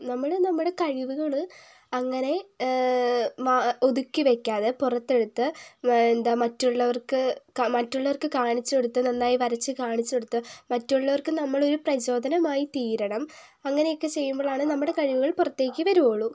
നമ്മൾ നമ്മുടെ കഴിവുകൾ അങ്ങനെ ഒതുക്കിവയ്ക്കാതെ പുറത്തെടുത്ത് എന്താ മറ്റുള്ളവർക്ക് മറ്റുള്ളവർക്ക് കാണിച്ചുകൊടുത്ത് നന്നായി വരച്ചു കാണിച്ചു കൊടുത്ത് മറ്റുള്ളവർക്ക് നമ്മളൊരു പ്രചോദനമായി തീരണം അങ്ങനെയൊക്കെ ചെയ്യുമ്പോഴാണ് നമ്മുടെ കഴിവുകൾ പുറത്തേക്ക് വരികയുള്ളൂ